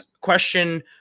question